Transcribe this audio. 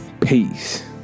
Peace